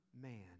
man